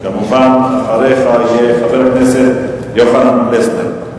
כמובן, אחריך יהיה חבר הכנסת יוחנן פלסנר,